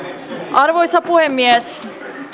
arvoisa puhemies